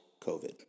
COVID